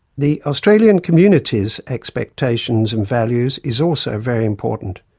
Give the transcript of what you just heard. the australian community's expectations and values is also very important.